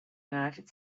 united